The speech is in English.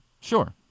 Sure